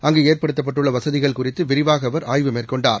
அங்கு ஏற்படுத்தப்பட்டுள்ள வசதிகள் குறித்து விரிவாக அவர் ஆய்வு மேற்கொண்டார்